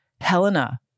Helena